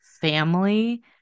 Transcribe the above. family